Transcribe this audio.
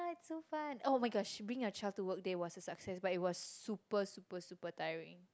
so fun oh-my-gosh bring your child to work day was a success but it was super super super tiring